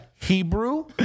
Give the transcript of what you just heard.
Hebrew